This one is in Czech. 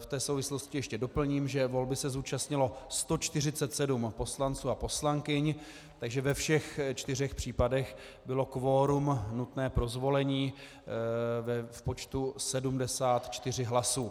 V té souvislosti ještě doplním, že volby se zúčastnilo 147 poslanců a poslankyň, takže ve všech čtyřech případech bylo kvorum nutné pro zvolení v počtu 74 hlasů.